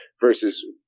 versus